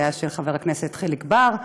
הייתה של חבר הכנסת חיליק בר,